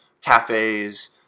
cafes